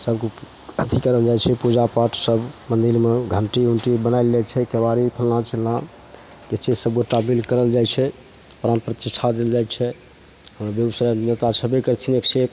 सभ अथी करल जाइ छै पूजा पाठसब मन्दिरमे घण्टी उन्टी बनाएल जाइ छै केबाड़ी फल्लाँ चिल्लाँ ई चीजसे मोताबिक करल जाइ छै प्राण प्रतिष्ठा देल जाइ छै हमरा बेगूसरायमे नेतासभ छेबे करथिन एकसे एक